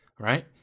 right